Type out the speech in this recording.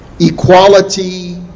equality